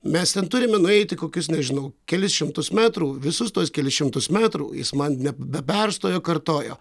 mes ten turime nueiti kokius nežinau kelis šimtus metrų visus tuos kelis šimtus metrų jis man ne be perstojo kartojo